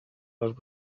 las